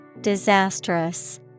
Disastrous